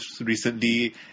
recently